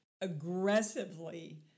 aggressively